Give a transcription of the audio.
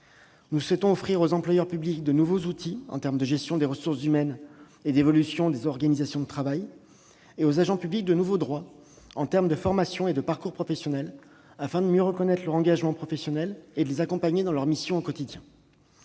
Nous souhaitons offrir aux employeurs publics de nouveaux outils de gestion des ressources humaines et d'évolution des organisations de travail. Nous voulons donner aux agents publics de nouveaux droits en matière de formation et de parcours professionnels, afin de mieux reconnaître leur engagement professionnel et de les accompagner dans leurs missions au quotidien.